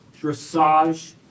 dressage